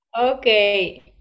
okay